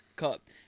Cup